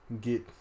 get